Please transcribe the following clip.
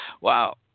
Wow